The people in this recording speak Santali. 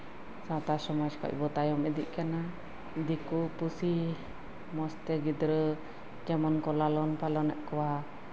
ᱥᱟᱶᱛᱟ ᱥᱚᱢᱟᱡ ᱠᱷᱚᱡ ᱵᱚᱱ ᱛᱟᱭᱚᱢ ᱤᱫᱤᱜ ᱠᱟᱱᱟ ᱫᱤᱠᱩ ᱯᱩᱥᱤ ᱢᱚᱸᱡᱽᱛᱮ ᱜᱤᱫᱽᱨᱟᱹ ᱡᱮᱢᱚᱱ ᱠᱚ ᱞᱟᱞᱚᱱ ᱯᱟᱞᱚᱱ ᱮᱫ ᱠᱚᱣᱟ